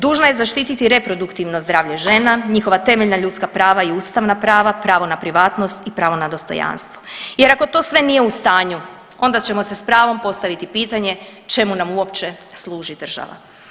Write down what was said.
Dužna je zaštiti reproduktivno zdravlje žena, njihova temeljna ljudska prava i ustavna prava, pravo na privatnost i pravo na dostojanstvo jer ako to sve nije u stanju onda ćemo si s pravom postaviti pitanje čemu nam uopće služi država.